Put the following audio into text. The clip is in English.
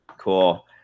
Cool